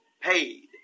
paid